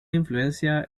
influencia